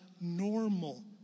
normal